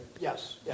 Yes